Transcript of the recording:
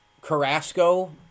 Carrasco